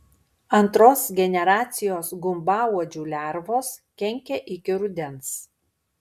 antros generacijos gumbauodžių lervos kenkia iki rudens